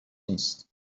نیست